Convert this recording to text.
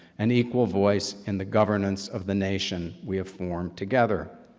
an equal voice in the governments of the nation we have formed together.